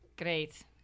Great